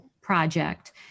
project